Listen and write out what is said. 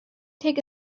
take